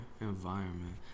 environment